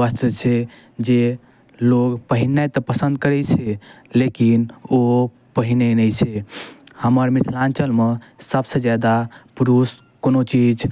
वस्त्र छै जे लोक पहिरनाइ तऽ पसन्द करै छै लेकिन ओ पहिरै नहि छै हमर मिथिलाञ्चलमे सबसँ जादा कोनो चीज